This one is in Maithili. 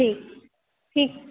ठीक ठीक